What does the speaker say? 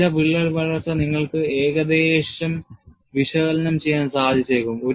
ചില വിള്ളൽ വളർച്ച നിങ്ങൾക്ക് ഏകദേശം വിശകലനം ചെയ്യാൻ സാധിച്ചേക്കാം